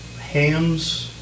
hams